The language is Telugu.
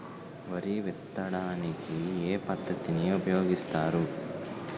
వరి విత్తడానికి ఏ పద్ధతిని ఉపయోగిస్తారు?